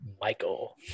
Michael